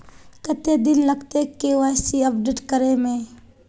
कते दिन लगते के.वाई.सी अपडेट करे में?